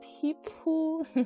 people